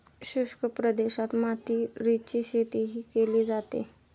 शुष्क प्रदेशात मातीरीची शेतीही केली जाते